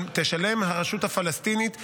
תשלם הרשות הפלסטינית,